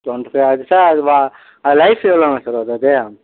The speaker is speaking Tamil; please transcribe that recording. டொண்ட்டி ஃபைவ் ஆகுது சார் அது வா அது லைஃப் எவ்வளவுங்க சார் வருது அது